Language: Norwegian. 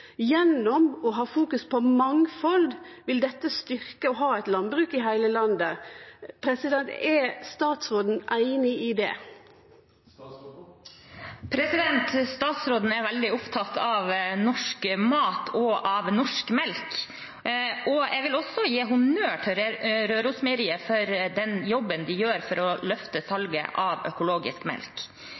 Gjennom å fokusere på mangfald vil ein styrkje det å ha eit landbruk i heile landet. Er statsråden einig i det? Statsråden er veldig opptatt av norsk mat og av norsk melk. Jeg vil også gi honnør til Rørosmeieriet for den jobben de gjør for å løfte salget av økologisk melk.